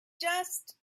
just